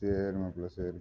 சரி மாப்பிள சரி